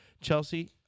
Chelsea